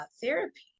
therapy